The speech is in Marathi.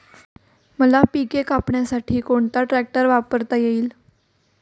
मका पिके कापण्यासाठी कोणता ट्रॅक्टर वापरता येईल?